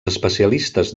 especialistes